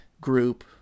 group